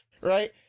right